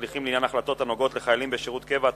(הליכים לעניין החלטות הנוגעות לחיילים בשירות קבע),